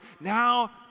Now